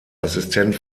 assistent